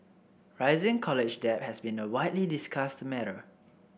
rising college debt has been a widely discussed matter